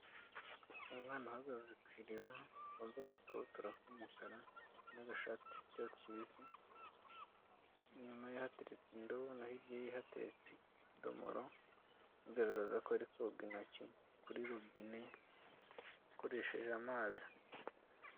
Umwana uhagaze ku iriba wambaye agakabutura k'umukara n'agashati k'icyatsi kibisi, inyuma ye hateretse indobo naho hirya hateretse indobo bigaragaza ko ari koga intoki kuri rubine akoresheje amazi.